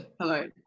hello